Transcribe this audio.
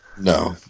No